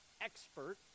expert